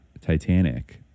Titanic